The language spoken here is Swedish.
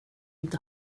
inte